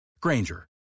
Granger